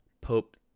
Pope